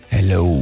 Hello